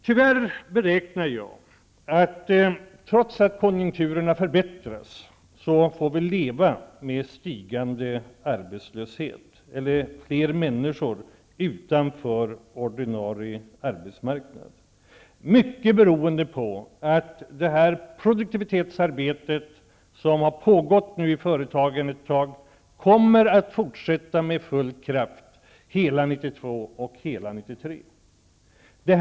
Tyvärr beräknar jag att vi, trots att konjunktererna förbättras, får leva med det faktum att fler människor står utanför ordinarie arbetsmarknad -- mycket beroende på att det produktivitetsarbete som har pågått ett tag i företagen fortsätter med full kraft hela 1992 och hela 1993.